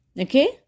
Okay